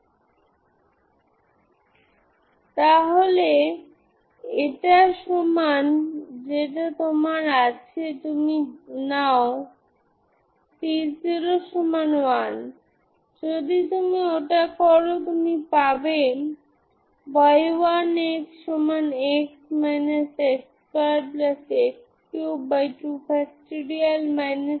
এটি আসলে একটি থিওরেম তাই যা আপনি জানতে পারবেন কোন টুকরো টুকরো কন্টিনুয়াস ফাংশন f আমরা গ্রহণ করব f axb